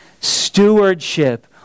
stewardship